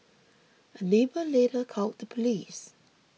a neighbour later called the police